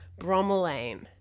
bromelain